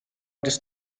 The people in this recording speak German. des